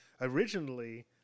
Originally